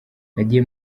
nagiye